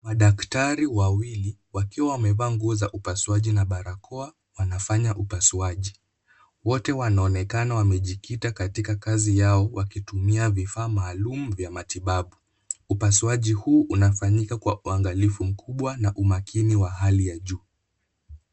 Madaktari wawili wakiwa wamevaa nguo za upasuaji na barakoa wanafanya upasuaji. Wote wanaonekana wamejikita katika kazi yao wakitumia vifaa maalum vya matibabu. Upasuaji huu unafanyika kwa uangalifu mkubwa na umakini wa hali ya juu.